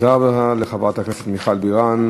תודה רבה לחברת הכנסת מיכל בירן.